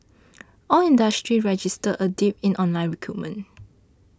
all industries registered a dip in online recruitment